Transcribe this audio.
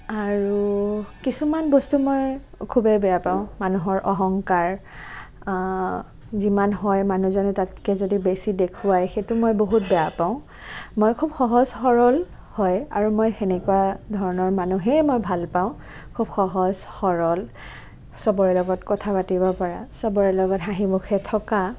আৰু কিছুমান বস্তু মই খুবেই বেয়া পাওঁ মানুহৰ অহংকাৰ যিমান হয় মানুহজনে তাতকৈ বেছি যদি দেখুৱায় সেইটো মই বহুত বেয়া পাওঁ মই খুব সহজ সৰল হয় আৰু মই তেনেকুৱা ধৰণৰ মানুহেই মই ভাল পাওঁ খুব সহজ সৰল চবৰে লগত কথা পাতিব পৰা চবৰে লগত হাঁহিমুখে থকা